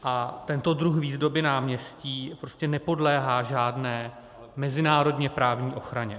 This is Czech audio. A tento druh výzdoby náměstí prostě nepodléhá žádné mezinárodněprávní ochraně.